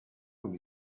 con